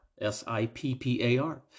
S-I-P-P-A-R